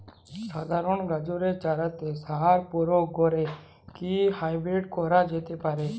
সাধারণ গাজরের চারাতে সার প্রয়োগ করে কি হাইব্রীড করা যেতে পারে?